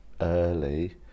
early